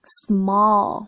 small